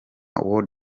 world